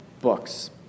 books